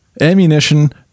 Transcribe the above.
ammunition